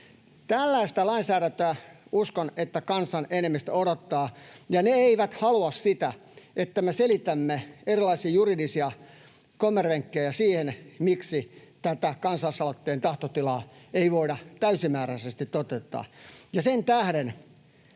tällaista lainsäädäntöä kansan enemmistö odottaa, ja he eivät halua sitä, että me selitämme erilaisia juridisia kommervenkkejä siihen, miksi tätä kansalaisaloitteen tahtotilaa ei voida täysimääräisesti toteuttaa. Sen tähden